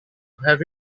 have